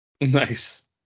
Nice